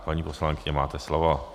Paní poslankyně, máte slovo.